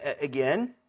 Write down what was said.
again